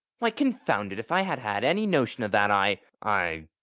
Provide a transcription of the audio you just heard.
why, confound it, if i had had any notion of that i. i.